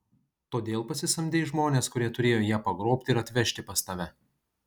todėl pasisamdei žmones kurie turėjo ją pagrobti ir atvežti pas tave